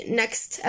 next